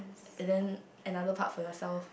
and then another part for yourself